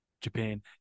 Japan